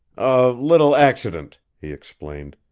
a little accident, he explained.